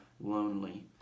lonely